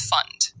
Fund